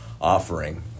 offering